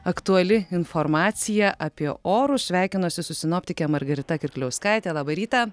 aktuali informacija apie orus sveikinuosi su sinoptike margarita kirkliauskaite labą rytą